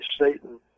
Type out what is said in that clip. Satan